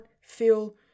feel